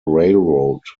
railroad